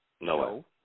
No